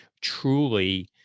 truly